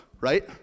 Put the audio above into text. right